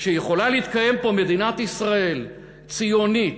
שיכולה להתקיים פה מדינת ישראל ציונית,